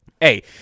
Hey